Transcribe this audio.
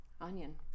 onion